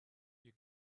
you